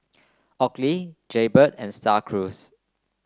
Oakley Jaybird and Star Cruise